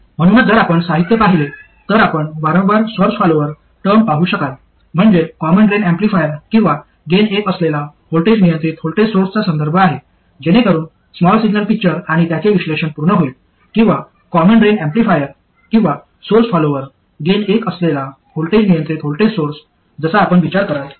म्हणूनच जर आपण साहित्य पाहिले तर आपण वारंवार सोर्स फॉलोअर टर्म पाहू शकाल म्हणजे कॉमन ड्रेन एम्पलीफायर किंवा गेन 1 असलेला व्होल्टेज नियंत्रित व्होल्टेज सोर्सचा संदर्भ आहे जेणेकरून स्मॉल सिग्नल पिक्चर आणि त्याचे विश्लेषण पूर्ण होईल किंवा कॉमन ड्रेन एम्पलीफायर किंवा सोर्स फॉलोअर गेन 1 असलेला व्होल्टेज नियंत्रित व्होल्टेज सोर्स जसा आपण विचार कराल तसे